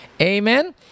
Amen